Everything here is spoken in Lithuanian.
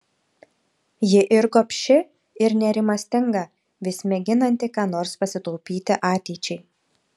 ji ir gobši ir nerimastinga vis mėginanti ką nors pasitaupyti ateičiai